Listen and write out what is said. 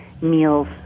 meals